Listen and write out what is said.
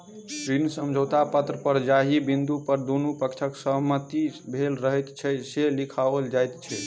ऋण समझौता पत्र पर जाहि बिन्दु पर दुनू पक्षक सहमति भेल रहैत छै, से लिखाओल जाइत छै